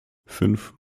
fünf